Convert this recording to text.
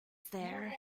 there